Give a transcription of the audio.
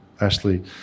Ashley